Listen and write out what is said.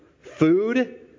food